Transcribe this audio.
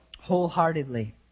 wholeheartedly